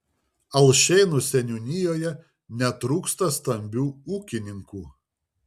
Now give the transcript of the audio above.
alšėnų seniūnijoje netrūksta stambių ūkininkų